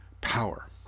power